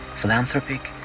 philanthropic